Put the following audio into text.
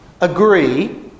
agree